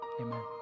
Amen